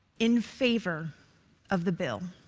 in favor of the bill,